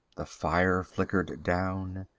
the fire flickered down.